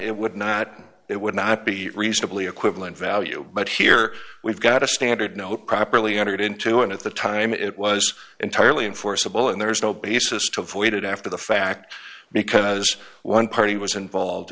it would not it would not be reasonably equivalent value but here we've got a standard no properly entered into and at the time it was entirely enforceable and there is no basis to avoid it after the fact because one party was involved